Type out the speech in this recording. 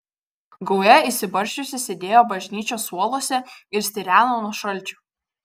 gauja išsibarsčiusi sėdėjo bažnyčios suoluose ir stireno nuo šalčio